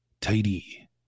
Tidy